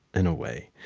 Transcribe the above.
in a way,